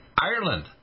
Ireland